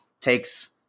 takes